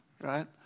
right